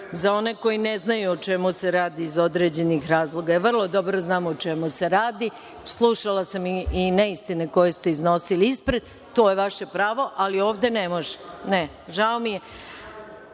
za one koji ne znaju o čemu se radi iz određenih razloga. Vrlo dobro znam o čemu se radi, slušala sam i neistine koje ste iznosili ispred. To je vaše pravo, ali ovde ne može. Ne, žao mi